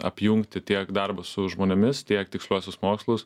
apjungti tiek darbą su žmonėmis tiek tiksliuosius mokslus